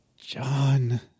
John